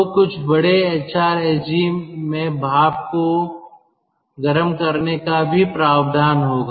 तो कुछ बड़े एचआरएसजी में भाप को गर्म करने का भी प्रावधान होगा